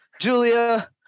Julia